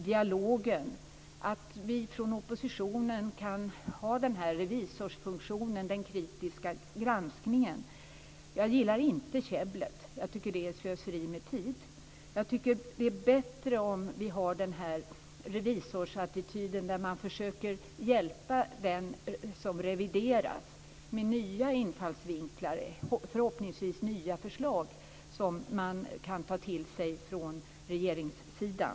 Dialogen är också positiv, att vi från oppositionen kan ha denna revisorsfunktion och utöva en kritisk granskning. Jag gillar inte käbblet, det är slöseri med tid. Jag tycker bättre om att vi intar denna revisorsattityd och försöker att hjälpa den som revideras med nya infallsvinklar och förhoppningsvis nya förslag som regeringssidan kan ta till sig. Tack för det.